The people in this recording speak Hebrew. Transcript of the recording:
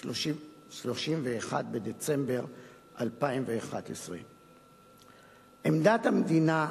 31 במרס 2012. עמדת המדינה,